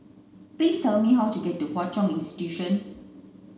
please tell me how to get to Hwa Chong Institution